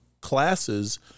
classes